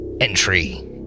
entry